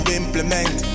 implement